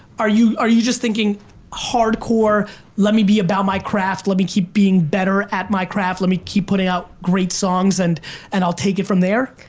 are you are you just thinking hardcore let me be about my craft, let me keep being better at my craft, let me keep putting out great songs, and and i'll take it from there?